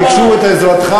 לכן הם בורחים לנצרת.